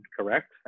correct